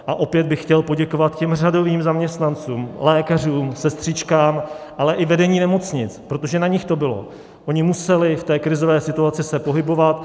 A opět bych chtěl poděkovat řadovým zaměstnancům, lékařům, sestřičkám, ale i vedení nemocnic, protože na nich to bylo, oni se museli v té krizové situaci pohybovat.